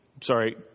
sorry